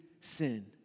sin